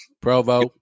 Provo